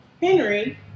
Henry